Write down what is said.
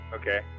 Okay